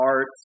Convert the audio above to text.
Art